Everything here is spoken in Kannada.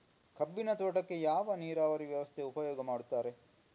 ಕಬ್ಬಿನ ತೋಟಕ್ಕೆ ಯಾವ ನೀರಾವರಿ ವ್ಯವಸ್ಥೆ ಉಪಯೋಗ ಮಾಡುತ್ತಾರೆ?